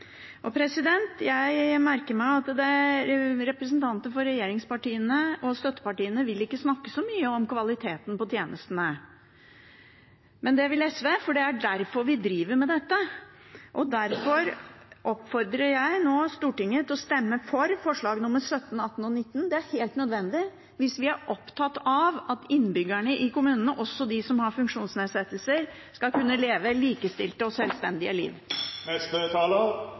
Jeg merker meg at representanter for regjeringspartiene og støttepartiene ikke vil snakke så mye om kvaliteten på tjenestene, men det vil SV, for det er derfor vi driver med dette. Derfor oppfordrer jeg nå Stortinget til å stemme for forslagene nr. 17–19. Det er helt nødvendig hvis vi er opptatt av at innbyggerne i kommunene, også de som har funksjonsnedsettelser, skal kunne leve likestilte og selvstendige liv.